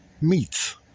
meats